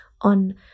on